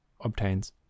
obtains